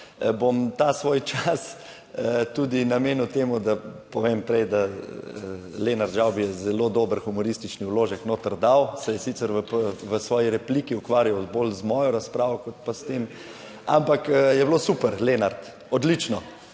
Bom ta svoj čas tudi namenil temu, da povem prej, da Lenart Žavbi je zelo dober humoristični vložek noter dal, se je sicer v svoji repliki ukvarjal bolj z mojo razpravo, kot pa s tem, ampak je bilo super, Lenart, odlično.